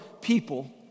people